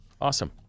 Awesome